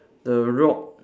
the rock